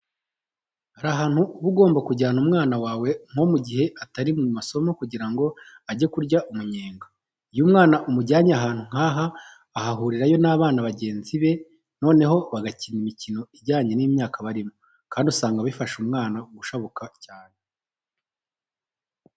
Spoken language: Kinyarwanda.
Hari ahantu uba ugomba kujyana umwana wawe nko mu gihe atari mu masomo kugira ngo ajye kurya umunyenga. Iyo umwana umujyanye ahantu nk'aha ahurirayo n'abana bagenzi be noneho bagakina imikino ijyanye n'imyaka barimo kandi usanga bifasha umwana gushabuka cyane.